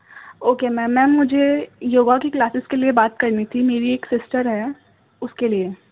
okay ma'am ma'am مجھے یوگا کی classes کے لیے بات کرنی تھی میری ایک سسٹر ہے اس کے لیے